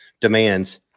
demands